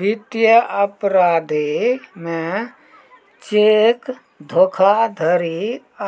वित्तीय अपराधो मे चेक धोखाधड़ी